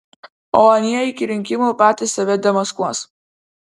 o anie iki rinkimų patys save demaskuos